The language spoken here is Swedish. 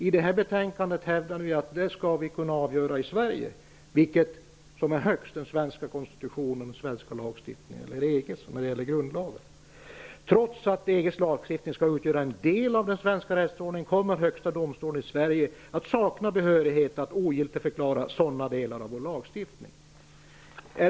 I det här betänkandet hävdar man ju att vi i Sverige skall avgöra vilket som står högst när det gäller grundlagen, om det är den svenska konstitutionen och lagstiftningen eller om det är EG-rätten. Sekretariatet för Europainformation säger vidare: Trots att EG:s lagstiftning skall utgöra en del av den svenska rättsordningen kommer Högsta domstolen i Sverige att sakna behörighet att ogiltigförklara sådana delar av vår lagstiftning.